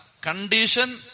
Condition